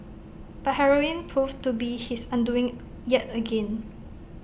but heroin proved to be his undoing yet again